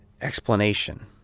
explanation